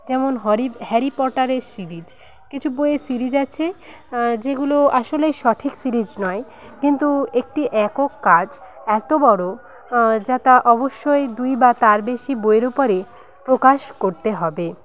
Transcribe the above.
যেমন হ্যারি পটারের সিরিজ কিছু বই সিরিজ আছে যেগুলো আসলে সঠিক সিরিজ নয় কিন্তু একটি একক কাজ এত বড় যা তা অবশ্যই দুই বা তার বেশি বইয়ের উপরে প্রকাশ করতে হবে